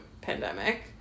pandemic